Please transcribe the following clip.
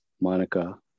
Monica